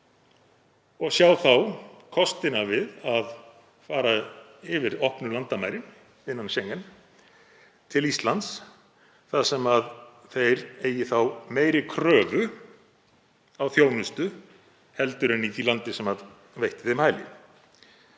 og sjá þá kostina við að fara yfir opnu landamærin innan Schengen til Íslands þar sem þeir eigi þá meiri kröfu á þjónustu en í því landi sem veitti þeim hæli.